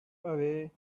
away